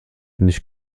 nicht